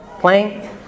playing